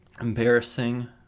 embarrassing